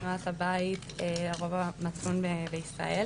תנועת אזרחית חוץ מפלגתית בישראל.